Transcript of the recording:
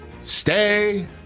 stay